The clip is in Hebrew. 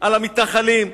על המתנחלים.